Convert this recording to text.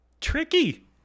tricky